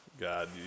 God